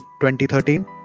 2013